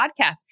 podcast